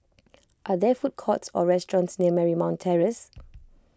are there food courts or restaurants near Marymount Terrace